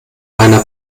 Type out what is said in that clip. einer